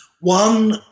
One